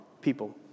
people